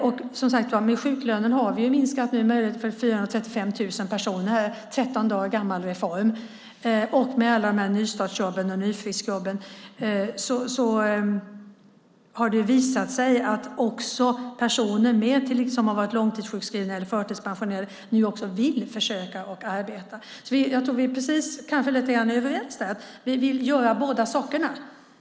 När det gäller sjuklönen har vi nu en 13 dagar gammal reform som berör 435 000 personer. Dessutom har vi alla nystartsjobb och nyfriskjobb. Det har visat sig att personer som har varit långtidssjukskrivna eller förtidspensionerade nu också vill försöka att arbeta. Jag tror att vi kanske är lite överens där. Vi vill göra båda sakerna.